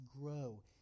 grow